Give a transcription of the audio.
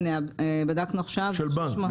של בנק,